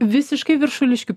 visiškai viršuliškių